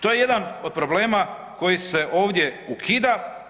To je jedan od problema koji se ovdje ukida.